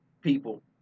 People